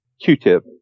Q-tip